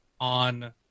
on